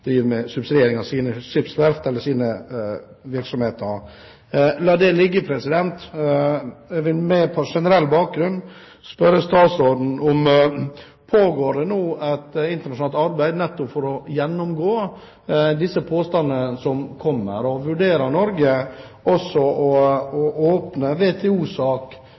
sine virksomheter. La det ligge. Jeg vil på mer generell bakgrunn spørre statsråden om det nå pågår et internasjonalt arbeid for nettopp å gjennomgå disse påstandene som kommer. Og vurderer Norge også å åpne